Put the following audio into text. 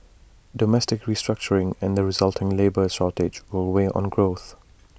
domestic restructuring and the resulting labour shortage will weigh on growth